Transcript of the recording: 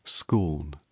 Scorn